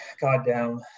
goddamn